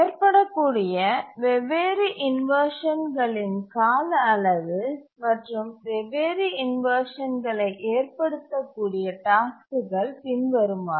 ஏற்படக்கூடிய வெவ்வேறு இன்வர்ஷன்களின் கால அளவு மற்றும் வெவ்வேறு இன்வர்ஷன்களை ஏற்படுத்தக் கூடிய டாஸ்க்குகள் பின்வருமாறு